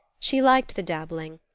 she liked the dabbling.